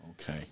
Okay